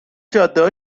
جادهها